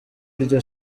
iryo